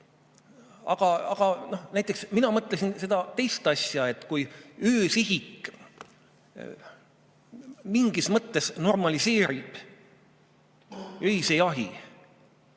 Aga näiteks mina mõtlesin seda teist asja. Kui öösihik mingis mõttes normaliseerib öise jahi